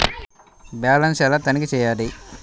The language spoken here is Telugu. బ్యాలెన్స్ ఎలా తనిఖీ చేయాలి?